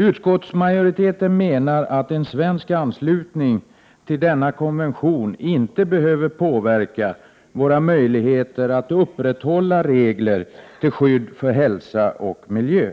Utskottsmajoriteten menar att en svensk anslutning till en EFTA-konvention inte behöver påverka våra möjligheter att upprätthålla regler till skydd för hälsa och miljö.